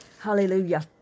Hallelujah